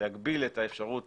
להגביל את האפשרות